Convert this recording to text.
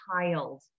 child